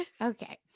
Okay